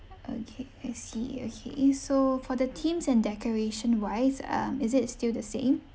okay I see okay so for the themes and decoration wise um is it still the same